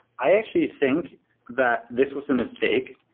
i actually think that this was a mistake,